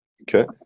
Okay